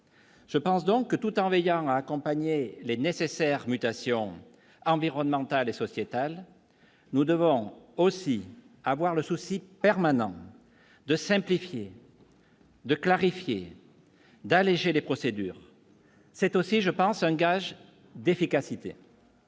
Je pense donc que, tout en veillant à accompagner les nécessaires mutations environnemental et sociétal, nous devons aussi avoir le souci permanent de simplifier. De clarifier d'alléger les procédures, c'est aussi je pense un gage d'efficacité.